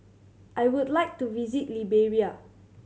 I would like to visit Liberia